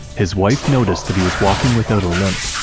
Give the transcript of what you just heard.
his wife noticed that he was walking without a limp,